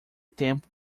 tempo